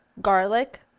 garlic,